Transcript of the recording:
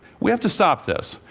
we have to stop this.